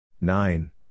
Nine